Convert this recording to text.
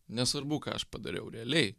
nesvarbu ką aš padariau realiai